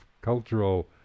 cultural